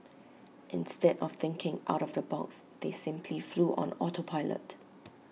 instead of thinking out of the box they simply flew on auto pilot